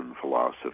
philosophy